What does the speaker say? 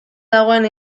dagoen